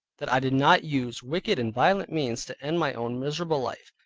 that i did not use wicked and violent means to end my own miserable life.